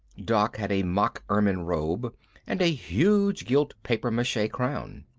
doc had a mock-ermine robe and a huge gilt papier-mache crown.